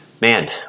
man